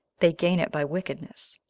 they gain it by wickedness?